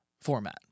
format